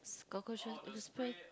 cockroaches you spray